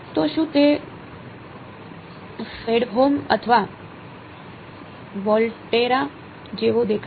તો શું તે ફ્રેડહોમ અથવા વોલ્ટેરા જેવો દેખાય છે